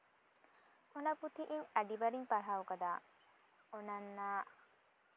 ᱚᱱᱟ ᱯᱩᱛᱷᱤ ᱤᱧ ᱟᱹᱰᱤ ᱵᱟᱨᱤᱧ ᱯᱟᱲᱦᱟᱣ ᱠᱟᱫᱟ ᱚᱱᱟ ᱨᱮᱱᱟᱜ